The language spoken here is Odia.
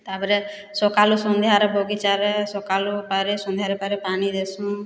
ତାପରେ ସକାଳୁ ସନ୍ଧ୍ୟାରେ ବଗିଚାରେ ସକାଳୁ ପାରେ ସନ୍ଧ୍ୟାରେ ପାରେ ପାନି ଦେସୁଁ